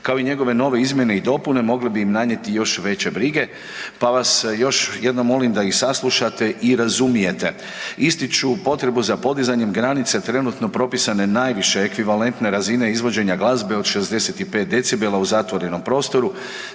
kao i njegove nove izmjene i dopune, mogle bi im nanijeti još veće brige pa vas još jednom molim da ih saslušate i razumijete. Ističu potrebu za podizanjem granica trenutno propisane najviše ekvivalentne razine izvođenja glazbe od 65 dB u zatvorenom prostoru,